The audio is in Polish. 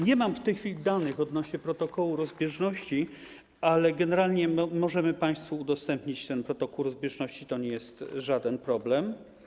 Nie mam w tej chwili danych odnośnie do protokołu rozbieżności, ale generalnie możemy państwu udostępnić ten protokół rozbieżności, to nie jest żaden problem.